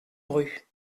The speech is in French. rue